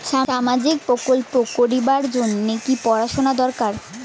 সামাজিক প্রকল্প করির জন্যে কি পড়াশুনা দরকার?